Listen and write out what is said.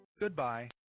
Goodbye